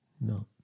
No